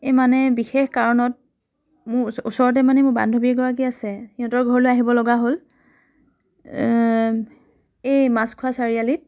এই মানে বিশেষ কাৰণত মোৰ ওচৰতে মানে মোৰ বান্ধৱী এগৰাকী আছে সিহঁতৰ ঘৰলৈ আহিব লগা হ'ল এই মাছখোৱা চাৰিআলিত